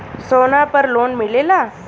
सोना पर लोन मिलेला?